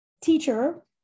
teacher